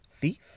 Thief